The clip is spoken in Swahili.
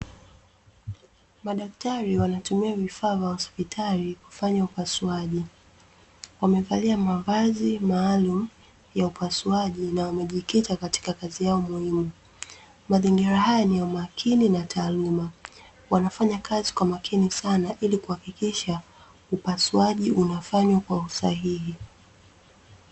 Madaktari wanatumia vifaa vya hospitali kufanya upasuaji, wamevalia mavazi maalumu ya upasuaji na wamejikita katika kazi yao muhimu. Mazingira haya ni ya umakini na taaluma. Wanafanya kazi kwa makini sana ili kuhakikisha upasuaji unafanywa kwa usahihi.